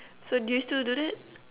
so do you still do that